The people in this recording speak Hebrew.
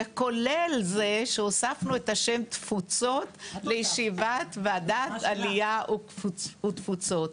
כולל זה שהוספנו את השם תפוצות לוועדת העלייה ותפוצות.